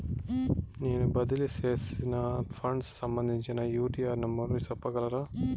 నేను బదిలీ సేసిన ఫండ్స్ సంబంధించిన యూ.టీ.ఆర్ నెంబర్ సెప్పగలరా